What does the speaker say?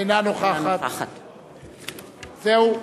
אינה נוכחת זהו?